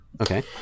Okay